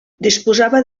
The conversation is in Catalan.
disposava